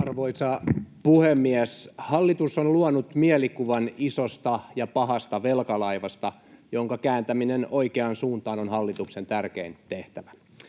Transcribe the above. Arvoisa puhemies! Hallitus on luonut mielikuvan isosta ja pahasta velkalaivasta, jonka kääntäminen oikeaan suuntaan on hallituksen tärkein tehtävä.